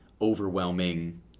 overwhelming